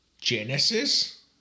Genesis